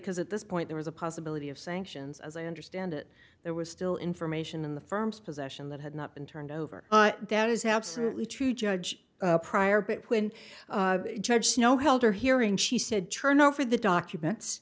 because at this point there was a possibility of sanctions as i understand it there was still information in the firm's possession that had not been turned over that is absolutely true judge prior bit when judge snow held her hearing she said turn over the documents